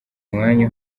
umwanya